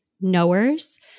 knowers